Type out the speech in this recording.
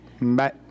Bye